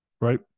right